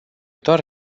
doar